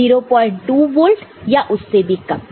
02 volt या उससे भी कम